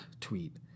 tweet